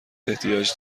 احتیاج